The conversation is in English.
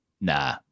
Nah